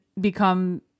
become